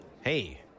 hey